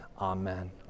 amen